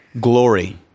Glory